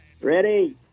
Ready